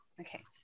Okay